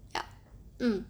ya mm